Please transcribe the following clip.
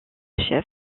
chef